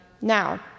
now